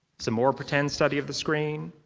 some more pretend study of the screen.